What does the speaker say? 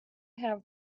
have